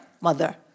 mother